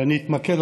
ואני אתמקד,